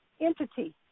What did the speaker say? entity